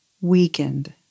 weakened